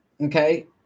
Okay